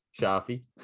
Shafi